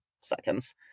seconds